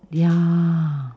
ya